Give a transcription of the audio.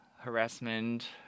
harassment